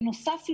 בנוסף לזה,